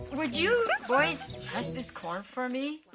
would you buys husk this corn for me?